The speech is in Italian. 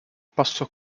passò